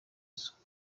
isonga